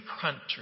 country